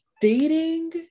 dating